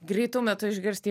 greitu metu išgirsti